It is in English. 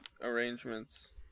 arrangements